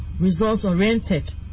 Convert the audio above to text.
results-oriented